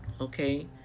Okay